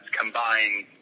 combined